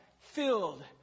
filled